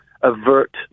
avert